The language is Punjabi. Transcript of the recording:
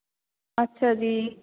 ਅੱਛਾ ਜੀ